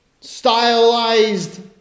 stylized